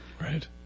Right